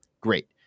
Great